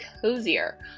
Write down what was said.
cozier